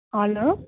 hello